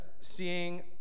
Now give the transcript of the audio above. seeing